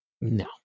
No